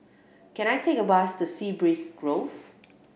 can I take a bus to Sea Breeze Grove